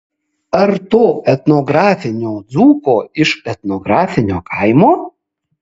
ar to etnografinio dzūko iš etnografinio kaimo